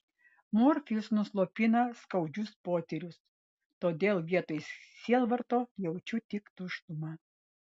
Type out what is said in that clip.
morfijus nuslopina skaudžius potyrius todėl vietoj sielvarto jaučiu tik tuštumą